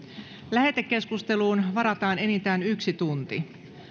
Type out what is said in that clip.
lähetekeskusteluun varataan enintään yksi tunti